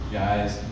guys